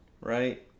Right